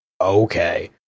Okay